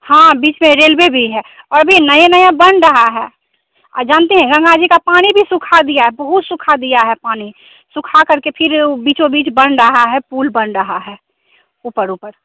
हाँ बीच में रेलवे भी है और अभी नया नया बन रहा है और जानती हैं गंगा जी का पानी भी सूखा दिया बहुत सूखा दिया है पानी सूखा करके फिर वो बीचो बीच बन रहा है पुल बन रहा है ऊपर ऊपर